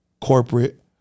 corporate